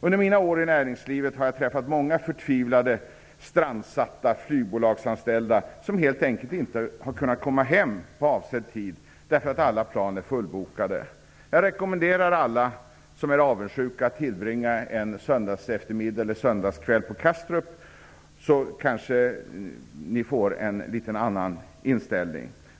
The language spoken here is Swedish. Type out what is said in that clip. Under mina år i näringslivet har jag träffat många förtvivlade strandsatta flygbolagsanställda som helt enkelt inte har kunnat komma hem på avsedd tid därför att alla plan är fullbokade. Jag rekommenderar alla som är avundsjuka att tillbringa en söndagseftermiddag eller söndagskväll på Kastrup. Då får ni kanske en något annan inställning.